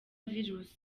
virus